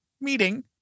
meeting